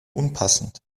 unpassend